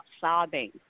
sobbing